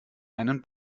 einen